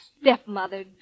stepmother